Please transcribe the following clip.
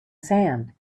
sand